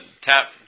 tap